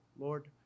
Lord